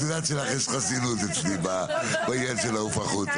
את יודעת שלך יש חסינות אצלי בעניין של לעוף החוצה,